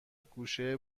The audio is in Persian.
گوشه